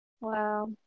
Wow